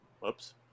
Whoops